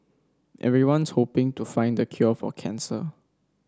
everyone's hoping to find the cure for cancer